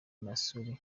missouri